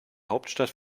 hauptstadt